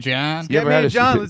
John